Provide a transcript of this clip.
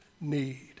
need